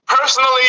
personally